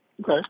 Okay